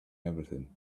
everything